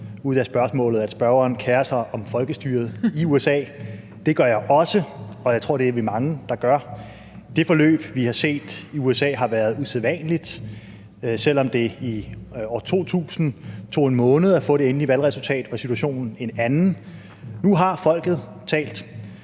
ud af spørgsmålet, at spørgeren kerer sig om folkestyret i USA. Det gør jeg også, og det tror jeg vi er mange der gør. Det forløb, vi har set i USA, har været usædvanligt. Selv om det i år 2000 tog en måned at få det endelige valgresultat, var situationen en anden. Nu har folket talt,